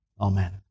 Amen